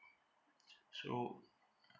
so